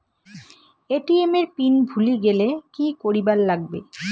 ATM এর pin ভুলি গেলে কি করিবার লাগবে?